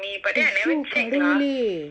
often suddenly